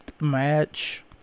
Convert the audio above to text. match